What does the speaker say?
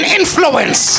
influence